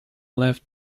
left